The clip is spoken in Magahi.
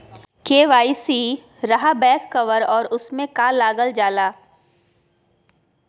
के.वाई.सी रहा बैक कवर और उसमें का का लागल जाला?